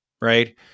right